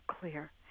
clear